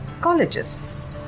colleges